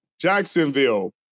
Jacksonville